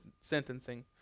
sentencing